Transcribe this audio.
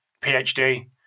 PhD